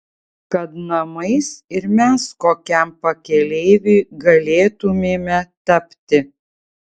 kad namais ir mes kokiam pakeleiviui galėtumėme tapti